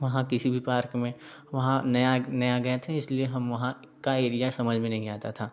वह किसी भी पार्क में वहाँ नया नया गए थे इसलिए हम वहाँ का एरिया समझ में नहीं आता था